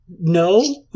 no